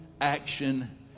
action